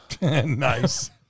Nice